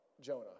Jonah